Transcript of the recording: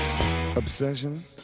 Obsession